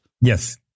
Yes